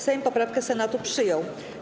Sejm poprawkę Senatu przyjął.